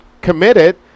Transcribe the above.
committed